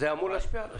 זה אמור להשפיע עליכם?